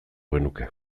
genuke